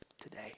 today